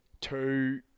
two